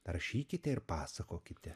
rašykite ir pasakokite